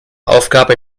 aufgaben